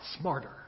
smarter